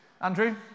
Andrew